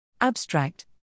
Abstract